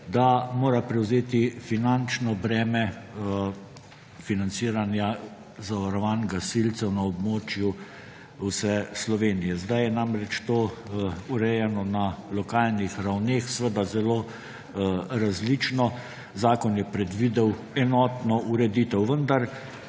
da mora prevzeti finančno breme financiranja zavarovanj gasilcev na območju vse Slovenije. Sedaj je namreč to urejeno na lokalnih ravneh zelo različno. Zakon je predvidel enotno ureditev, vendar